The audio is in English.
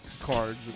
cards